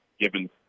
given